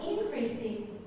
increasing